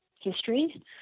history